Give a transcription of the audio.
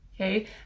okay